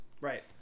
Right